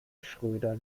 schröder